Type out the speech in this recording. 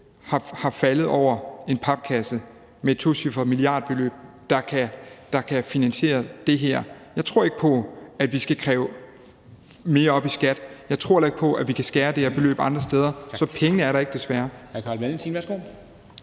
er faldet over en papkasse med et tocifret milliardbeløb, der kan finansiere det her. Jeg tror ikke på, at vi skal kræve mere op i skat. Jeg tror heller ikke på, at vi kan skære det her beløb andre steder. Så pengene er der ikke, desværre.